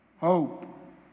hope